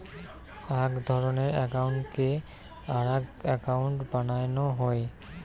আক ধরণের একউন্টকে আরাক একউন্ট বানানো হই